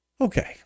Okay